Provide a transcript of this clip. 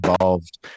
involved